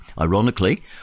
Ironically